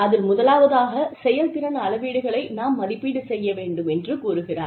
அதில் முதலாவதாகச் செயல்திறன் அளவீடுகளை நாம் மதிப்பீடு செய்ய வேண்டும் என்று கூறுகிறார்